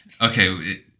Okay